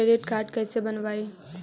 Credit card कैसे बनवाई?